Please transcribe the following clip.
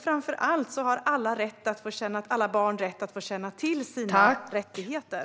Framför allt har alla barn rätt att känna till sina rättigheter.